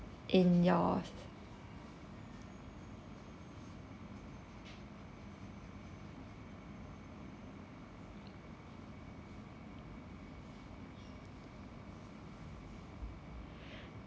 in your